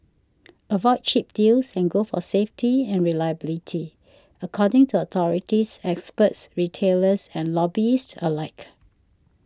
avoid cheap deals and go for safety and reliability according to authorities experts retailers and hobbyists alike